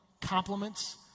compliments